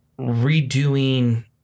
redoing